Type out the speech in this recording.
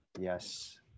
Yes